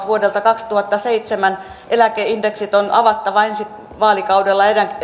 vuodelta kaksituhattaseitsemän eläkeindeksit on avattava ensi vaalikaudella